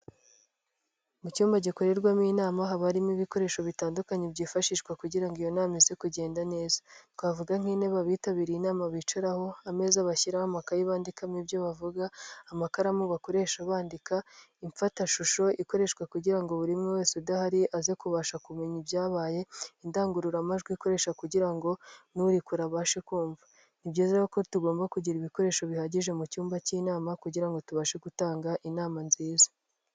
Mu cyumba gikorerwamo inama haba harimo ibikoresho bitandukanye byifashishwa kugira ngo iyo nama ize kugenda neza twavuga nk'intebe bitabiriye inama bicaraho, ameza bashyiraho amakayi bandikamo ibyo bavuga, amakaramu bakoresha bandika, imfatashusho ikoreshwa kugira ngo buri muntu wese udahari aze kubasha kumenya ibyabaye, indangururamajwi ikoreshwa kugira ngo n'uri kure abashe kumva. Ni byiza ko tugomba kugira ibikoresho bihagije mu cyumba cy'inama kugira ngo tubashe gutanga inama nziza.